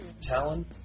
Talon